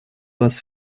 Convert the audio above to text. вас